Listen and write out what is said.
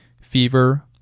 fever